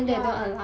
ya